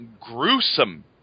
gruesome